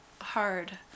hard